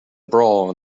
brawl